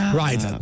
right